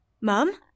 Mum